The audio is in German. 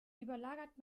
überlagert